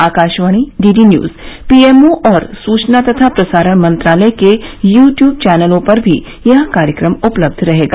Akashvani D D news P M O और सूचना तथा प्रसारण मंत्रालय के यू ट्यूब चैनलों पर भी यह कार्यक्रम उपलब्ध रहेगा